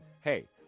hey